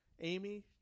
Amy